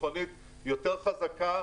מכונית יותר חזקה,